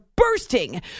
bursting